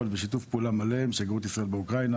אבל בשיתוף פעולה מלא עם שגרירות ישראל באוקראינה,